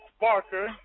Barker